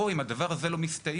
או אם הדבר הזה לא מסתייע